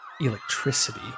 electricity